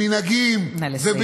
במנהגים, נא לסיים.